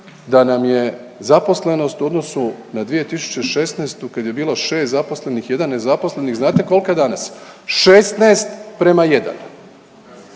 da nam je zaposlenost u odnosu na 2016. kad je bilo 6 zaposlenih, 1 nezaposlenih, znate koliko je danas? 16:1.